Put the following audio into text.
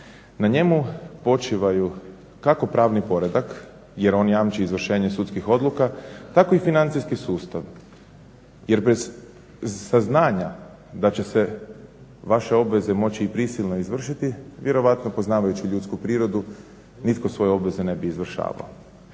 Na njemu počivaju kako pravni poredak, jer on jamči izvršenje sudskih odluka, tako i financijski sustav. Jer bez saznanja da će se vaše obveze moći i prisilno izvršiti vjerojatno poznavajući ljudsku prirodu nitko svoje obveze ne bi izvršavao.